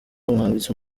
umwanditsi